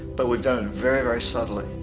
but we've done it very very subtly.